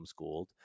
homeschooled